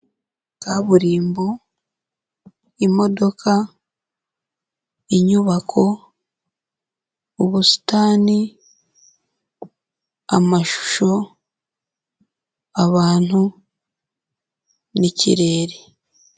Kaburimbo, imodoka, inyubako, ubusitani, amashusho, abantu, n'ikirere.